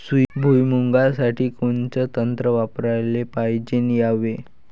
भुइमुगा साठी कोनचं तंत्र वापराले पायजे यावे?